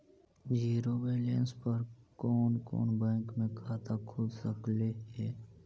Zero balance पर कोन कोन बैंक में खाता खुल सकले हे?